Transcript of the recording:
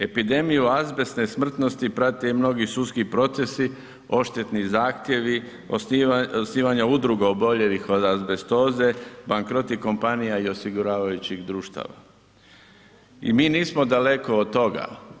Epidemiju azbestne smrtnosti prati i mnogi sudski procesi, odštetni zahtjevi, osnivanja udruga oboljelih od azbestoze, bankroti kompanija i osiguravajućih društava i mi nismo daleko od toga.